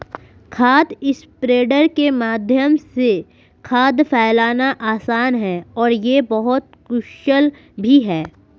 खाद स्प्रेडर के माध्यम से खाद फैलाना आसान है और यह बहुत कुशल भी है